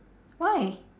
why